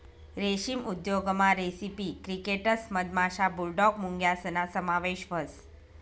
रेशीम उद्योगमा रेसिपी क्रिकेटस मधमाशा, बुलडॉग मुंग्यासना समावेश व्हस